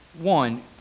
one